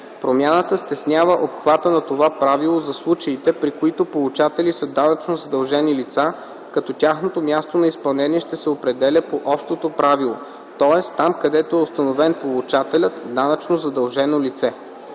Промяната стеснява обхвата на това правило за случаите, при които получатели са данъчно задължени лица, като тяхното място на изпълнение ще се определя по общото правило, т.е. там където е установен получателят – данъчно задължено лице.